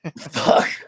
fuck